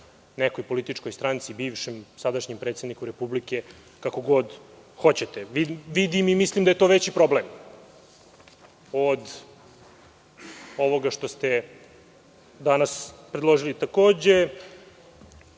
nekoj političkoj stranci, bivšem, sadašnjem predsedniku Republike, kako god hoćete. Mislim da je to veći problem od ovoga što ste danas predložili. Takođe,